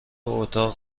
اتاق